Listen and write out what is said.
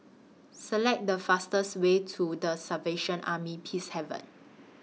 Select The fastest Way to The Salvation Army Peacehaven